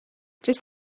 just